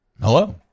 Hello